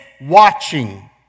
watching